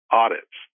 audits